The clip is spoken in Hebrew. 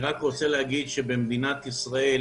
במדינת ישראל